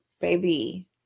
baby